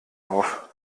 auf